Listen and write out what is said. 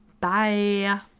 Bye